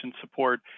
support